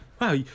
Wow